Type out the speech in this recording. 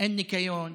אין ניקיון,